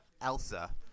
Elsa